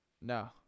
No